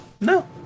No